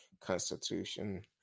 constitution